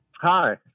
Hi